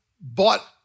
bought